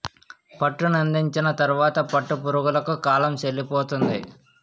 పట్టునందించిన తరువాత పట్టు పురుగులకు కాలం సెల్లిపోతుంది